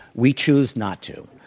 we choose not to.